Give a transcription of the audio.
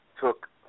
took